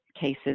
cases